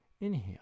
Inhale